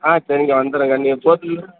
ஆ சரிங்க வந்துர்றேங்க நீங்கள் போகிறத்துக்குள்ள